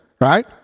right